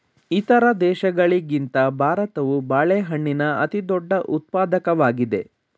ಇತರ ದೇಶಗಳಿಗಿಂತ ಭಾರತವು ಬಾಳೆಹಣ್ಣಿನ ಅತಿದೊಡ್ಡ ಉತ್ಪಾದಕವಾಗಿದೆ